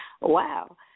Wow